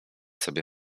sobie